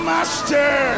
Master